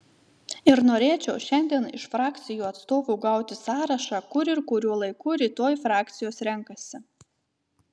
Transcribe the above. ir norėčiau šiandien iš frakcijų atstovų gauti sąrašą kur ir kuriuo laiku rytoj frakcijos renkasi